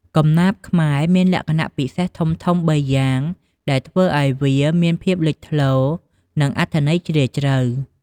កំណាព្យខ្មែរមានលក្ខណៈពិសេសធំៗបីយ៉ាងដែលធ្វើឱ្យវាមានភាពលេចធ្លោ និងអត្ថន័យជ្រាលជ្រៅ។